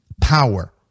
power